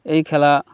এই খেলা